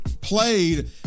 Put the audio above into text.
played